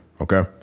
Okay